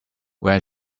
when